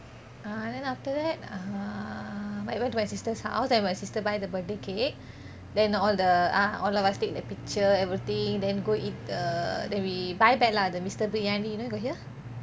ah then after err I went to my sister's house then my sister buy the birthday cake then all the ah all of us take the picture everything then go eat the then we buy back lah the mister briyani you know you got hear